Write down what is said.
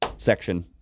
Section